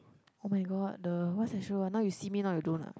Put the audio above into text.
[oh]-my-god the what's that show ah Now You See Me Now You Don't ah